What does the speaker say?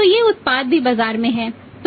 तो ये उत्पाद भी बाजार में हैं